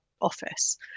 office